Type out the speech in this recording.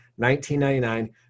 1999